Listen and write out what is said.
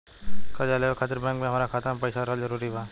कर्जा लेवे खातिर बैंक मे हमरा खाता मे पईसा रहल जरूरी बा?